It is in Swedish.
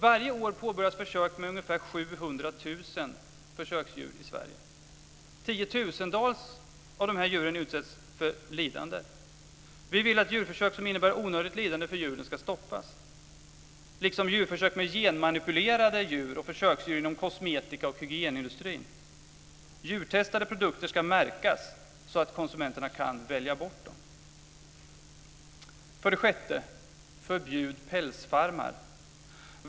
Varje år påbörjas försök med ungefär 700 000 försöksdjur i Sverige. Tiotusentals av dessa djur utsätts för lidande. Vi vill att djurförsök som innebär onödigt lidande för djuren ska stoppas, liksom djurförsök med genmanipulerade djur och försöksdjur inom kosmetika och hygienindustrin. Djurtestade produkter ska märkas så att konsumenterna kan välja bort dem. 6. Förbjud pälsfarmar!